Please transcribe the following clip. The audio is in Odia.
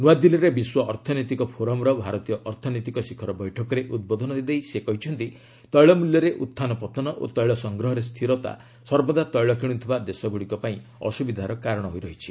ନୂଆଦିଲ୍ଲୀରେ ବିଶ୍ୱ ଅର୍ଥନୈତିକ ଫୋରମର ଭାରତୀୟ ଅର୍ଥନୈତିକ ଶିଖର ବୈଠକରେ ଉଦ୍ବୋଧନ ଦେଇ ସେ କହିଛନ୍ତି ତୈଳ ମୂଲ୍ୟରେ ଉହ୍ଚାନ ପତ୍ତନ ଓ ତୈଳ ସଂଗ୍ରହରେ ସ୍ଥିରତା ସର୍ବଦା ତୈଳ କିଣୁଥିବା ଦେଶଗୁଡ଼ିକ ପାଇଁ ଅସୁବିଧାର କାରଣ ହୋଇ ରହିଛି